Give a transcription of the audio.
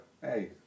Hey